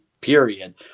period